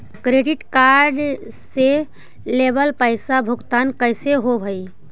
Credit card से लेवल पैसा के भुगतान कैसे होव हइ?